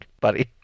buddy